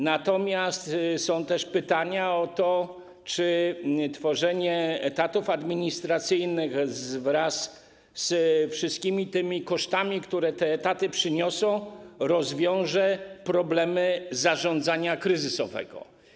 Natomiast są też pytania o to, czy tworzenie etatów administracyjnych oraz generowanie kosztów, które te etaty przyniosą, rozwiąże problemy zarządzania kryzysowego.